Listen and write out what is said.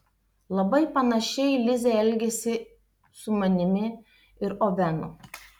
labai panašiai lizė elgėsi su manimi ir ovenu